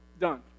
Done